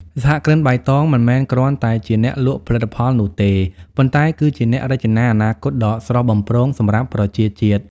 សហគ្រិនបៃតងមិនមែនគ្រាន់តែជាអ្នកលក់ផលិតផលនោះទេ ប៉ុន្តែគឺជាអ្នក "រចនាអនាគត" ដ៏ស្រស់បំព្រងសម្រាប់ប្រជាជាតិ។